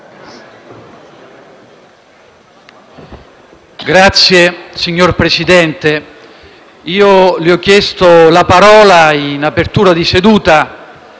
*(PD)*. Signor Presidente, le ho chiesto la parola in apertura di seduta